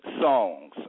songs